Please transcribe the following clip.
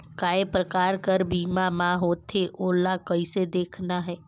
काय प्रकार कर बीमा मा होथे? ओला कइसे देखना है?